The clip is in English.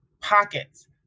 pockets